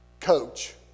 coach